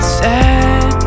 sad